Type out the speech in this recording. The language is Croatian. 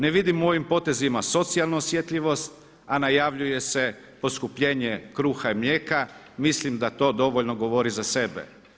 Ne vidim u ovim potezima socijalnu osjetljivost, a najavljuje se poskupljenje kruha i mlijeka, mislim da to dovoljno govori za sebe.